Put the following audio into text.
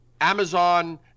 Amazon